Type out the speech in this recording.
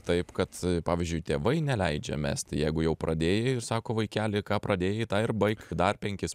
taip kad pavyzdžiui tėvai neleidžia mesti jeigu jau pradėjai ir sako vaikeli ką pradėjai tą ir baik dar penkis